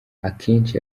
akenshi